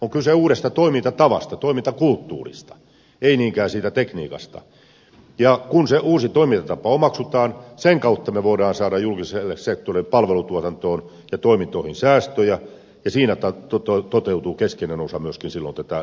on kyse uudesta toimintatavasta toimintakulttuurista ei niinkään siitä tekniikasta ja kun se uusi toimintatapa omaksutaan sen kautta me voimme saada julkiselle sektorille palvelutuotantoon ja toimintoihin säästöjä ja siinä toteutuu silloin keskeinen osa myöskin tätä tuottavuustavoitetta